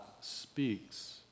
speaks